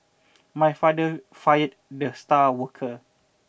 my father fired the star worker